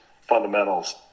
fundamentals